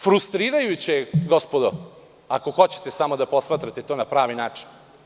Frustrirajuće je gospodo, ako hoćete to samo da posmatrate na pravi način.